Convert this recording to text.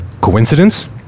Coincidence